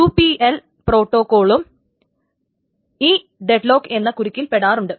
2 PL പ്രോട്ടോക്കോളും ഈ deadlock എന്ന കുരുക്കിൽ പെടാറുണ്ട്